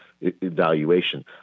evaluation